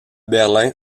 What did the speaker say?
berlin